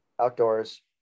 outdoors